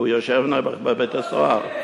כי הוא יושב, נעבעך, בבית-הסוהר.